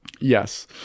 Yes